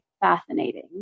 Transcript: fascinating